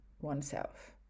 oneself